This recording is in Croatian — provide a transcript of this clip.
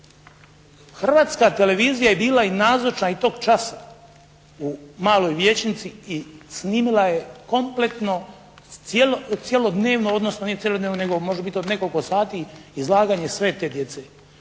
Hrvatska televizija je bila i nazočna i tog časa u maloj vijećnici i snimila je kompletno cjelodnevno, odnosno nije cjelodnevno nego može biti od nekoliko sati izlaganje sve te djece.